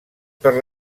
per